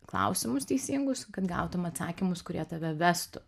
klausimus teisingus kad gautum atsakymus kurie tave vestų